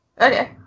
Okay